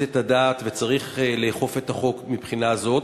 את הדעת וצריך לאכוף את החוק מבחינה זאת,